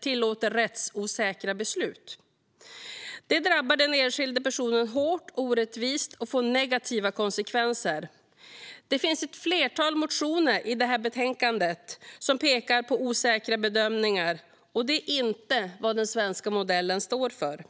tillåter rättsosäkra beslut. Det drabbar den enskilde personen hårt och orättvist och får negativa konsekvenser. Det finns ett flertal motioner i detta betänkande som pekar på osäkra bedömningar. Detta är inte vad den svenska modellen står för.